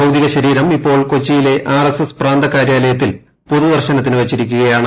ഭൌതികശരീരം ഇപ്പോൾ കൊച്ചിയിലെ ആർഎസ്എസ് പ്രാന്തകാര്യാലയത്തിൽ പൊതുദർശനത്തിന് വച്ചിരിക്കുകയാണ്